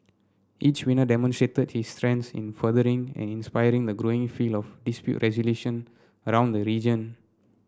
each winner demonstrated his strengths in furthering and inspiring the growing field of dispute resolution around the region